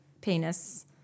penis